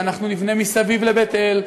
ואנחנו נבנה מסביב לבית-אל,